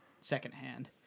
secondhand